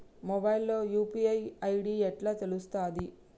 Mobile లో UPI ID ఎట్లా తెలుస్తది?